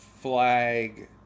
flag